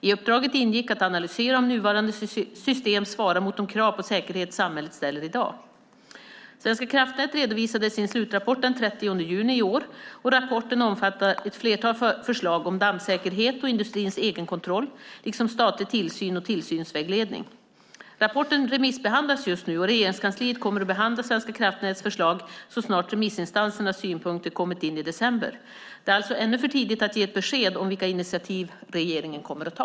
I uppdraget ingick att analysera om nuvarande system svarar mot de krav på säkerhet samhället ställer i dag. Svenska kraftnät redovisade sin slutrapport den 30 juni i år. Rapporten omfattar ett flertal förslag om dammsäkerhet och industrins egenkontroll, liksom statlig tillsyn och tillsynsvägledning. Rapporten remissbehandlas just nu, och Regeringskansliet kommer att behandla Svenska kraftnäts förslag så snart remissinstansernas synpunkter kommit in i december. Det är alltså ännu för tidigt att ge besked om vilka initiativ regeringen kommer att ta.